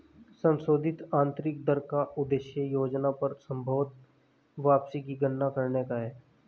संशोधित आंतरिक दर का उद्देश्य योजना पर संभवत वापसी की गणना करने का है